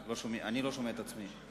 אני לא שומע את עצמי.